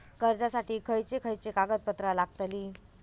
कर्जासाठी खयचे खयचे कागदपत्रा लागतली?